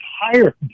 hired